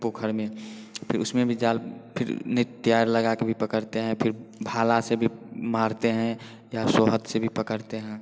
पोखर में फिर उसमें जाल फिर तार लगा कर भी पकड़ते हैं फिर भाला से भी मारते हैं या सोहत से भी पकड़ते हैं